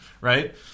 right